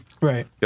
Right